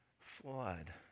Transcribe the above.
flood